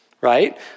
right